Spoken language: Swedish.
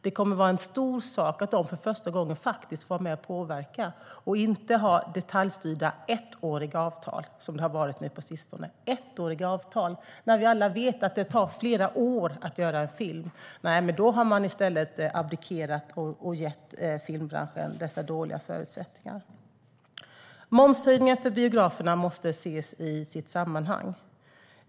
Det kommer att vara en stor sak att då för första gången faktiskt få vara med och påverka och inte ha detaljstyrda ettåriga avtal, som det har varit nu på sistone. Ettåriga avtal - när vi alla vet att det tar flera år att göra en film! Då har man abdikerat och gett filmbranschen dåliga förutsättningar. Momshöjningar för biograferna måste ses i sitt sammanhang.